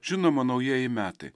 žinoma naujieji metai